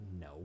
No